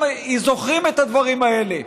הם זוכרים את הדברים האלה.